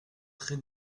très